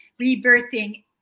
rebirthing